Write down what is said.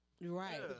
Right